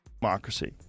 Democracy